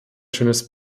schönes